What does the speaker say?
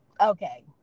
Okay